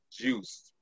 juiced